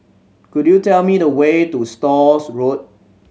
could you tell me the way to Stores Road